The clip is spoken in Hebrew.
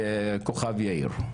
ובכוכב יאיר.